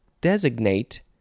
designate